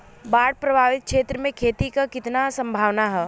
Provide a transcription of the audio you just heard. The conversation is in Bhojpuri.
बाढ़ प्रभावित क्षेत्र में खेती क कितना सम्भावना हैं?